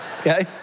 okay